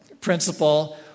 principle